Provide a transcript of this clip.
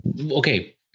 okay